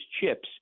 chips